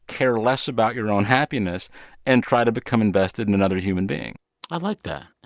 care less about your own happiness and try to become invested in another human being i like that.